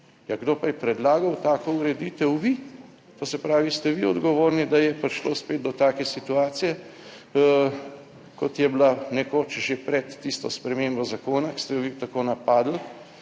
kdo pa je predlagal tako ureditev? Vi. To se pravi, ste vi odgovorni, da je prišlo spet do take situacije kot je bila nekoč že pred tisto spremembo zakona, ki ste jo vi tako napadli,